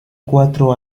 cuatro